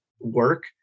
work